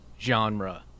genre